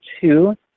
two